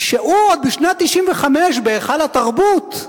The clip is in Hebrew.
שהוא, עוד בשנת 1995, בהיכל התרבות,